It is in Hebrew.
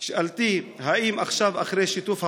שאלתי, האם עכשיו, אחרי שיתוף הפעולה,